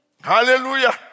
Hallelujah